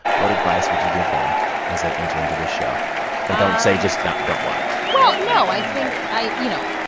what advice would you give them as they enter into this show? and don't say just don't watch well, no. i think i you know,